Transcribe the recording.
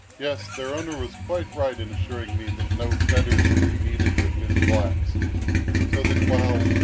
yes, their owner was quite right in assuring me that no fetters would be needed with his blacks so that while,